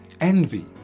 envy